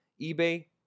eBay